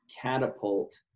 catapult